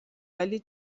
ولی